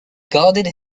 guarded